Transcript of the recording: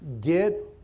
Get